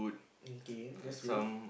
okay that's good